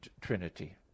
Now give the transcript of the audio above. Trinity